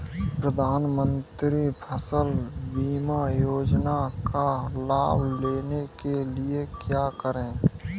प्रधानमंत्री फसल बीमा योजना का लाभ लेने के लिए क्या करें?